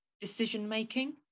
decision-making